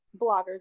bloggers